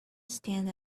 stand